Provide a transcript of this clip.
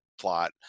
plot